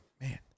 Man